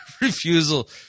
refusal